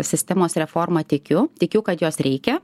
sistemos reforma tikiu tikiu kad jos reikia